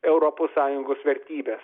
europos sąjungos vertybe